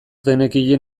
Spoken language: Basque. genekien